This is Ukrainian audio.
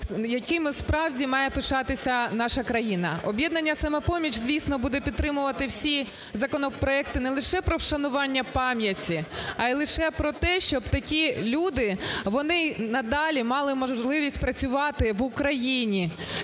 якими справді має пишатися наша країна. "Об'єднання "Самопоміч", звісно, буде підтримувати всі законопроекти не лише про вшанування пам'яті, а й лише про те, щоб такі люди вони надалі мали можливість працювати в Україні.